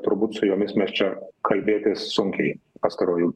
turbūt su jomis mes čia kalbėtis sunkiai pastaruoju